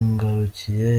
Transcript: ngarukiye